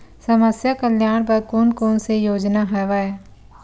समस्या कल्याण बर कोन कोन से योजना हवय?